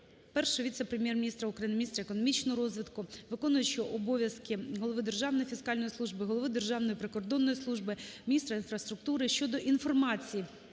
Першого віце-прем'єр-міністра України - міністра економічного розвитку, виконуючого обов'язки голови Державної фіскальної служби, голови Державної прикордонної служби, міністра інфраструктури щодо інформації